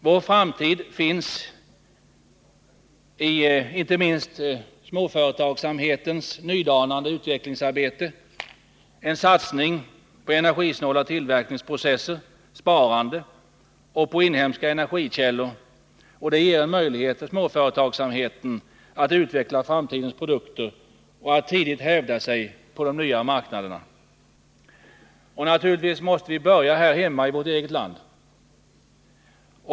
Vår framtid finns inte minst i småföretagsamhetens nydanande utvecklingsarbete samt i en satsning på energisnåla tillverkningsprocesser, på sparande och på inhemska energikällor. Det ger möjlighet för småföretagsamheten att utveckla framtidens produkter och tidigt hävda sig på de nya marknaderna. Naturligtvis måste vi börja här hemma i vårt eget land.